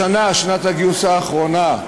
השנה, שנת הגיוס האחרונה,